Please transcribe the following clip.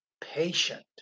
patient